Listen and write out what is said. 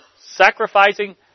sacrificing